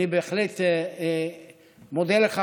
אני בהחלט מודה לך,